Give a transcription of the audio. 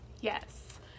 Yes